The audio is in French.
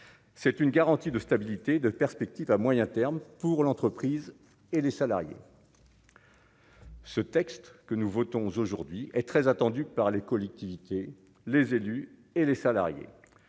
c'est une garantie de stabilité, de perspectives à moyen terme pour l'entreprise et les salariés. Ce texte, que nous votons aujourd'hui est très attendue par les collectivités, les élus et les salariés,